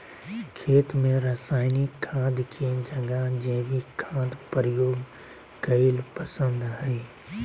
खेत में रासायनिक खाद के जगह जैविक खाद प्रयोग कईल पसंद हई